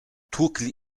tłukli